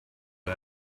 bed